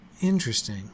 Interesting